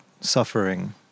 suffering